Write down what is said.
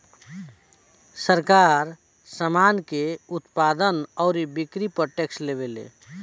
सरकार, सामान के उत्पादन अउरी बिक्री पर टैक्स लेवेले